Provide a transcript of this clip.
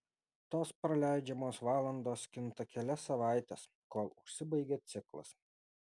tos praleidžiamos valandos kinta kelias savaites kol užsibaigia ciklas